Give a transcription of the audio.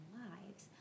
lives